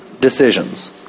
decisions